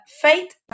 faith